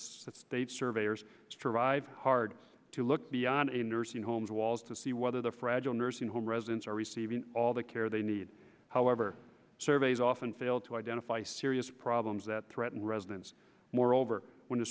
state surveyors strive hard to look beyond a nursing homes walls to see whether the fragile nursing home residents are receiving all the care they need however surveys often fail to identify serious problems that threaten residents moreover when the